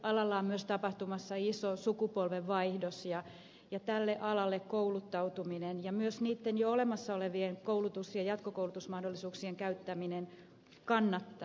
alalla on myös tapahtumassa iso sukupolvenvaihdos ja tälle alalle kouluttautuminen ja myös niitten jo olemassa olevien koulutus ja jatkokoulutusmahdollisuuksien käyttäminen kannattaa